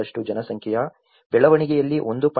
3 ಜನಸಂಖ್ಯೆಯ ಬೆಳವಣಿಗೆಯಲ್ಲಿ 1